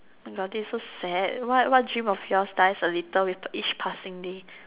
my god this so sad what what dream of yours dies a little with each passing day